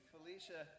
Felicia